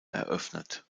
eröffnet